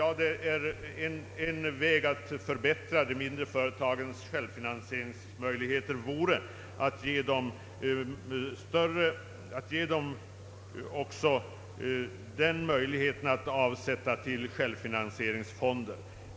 Jag tror därför att en väg att förbättra de mindre företagens = självfinansieringsmöjligheter vore att ge dem tillfälle att avsätta medel till självfinansieringsfonder.